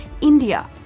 India